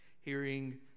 Hearing